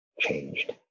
Changed